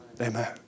Amen